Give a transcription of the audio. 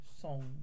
song